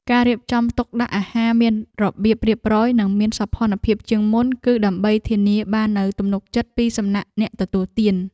ការរៀបចំទុកដាក់អាហារមានរបៀបរៀបរយនិងមានសោភ័ណភាពជាងមុន គឺដើម្បីធានាបាននូវទំនុកចិត្តពីសំណាក់អ្នកទទួលទាន។